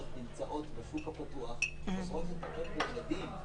נמצאות בשוק הפתוח וחוזרות לטפל בילדים.